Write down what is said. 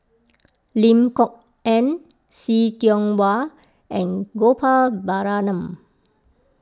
Lim Kok Ann See Tiong Wah and Gopal Baratham